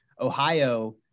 Ohio